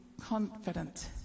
confident